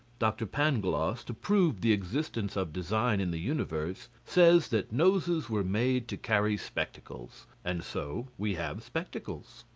dr. pangloss, to prove the existence of design in the universe, says that noses were made to carry spectacles, and so we have spectacles.